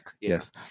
Yes